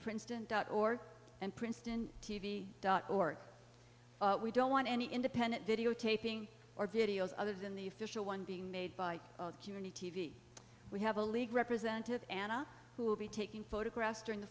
princeton dot org and princeton t v dot org we don't want any independent videotaping or videos other than the official one being made by t v we have a league representative anna who will be taking photographs during the